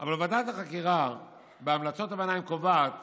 אבל ועדת החקירה בהמלצות הביניים קובעת